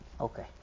Okay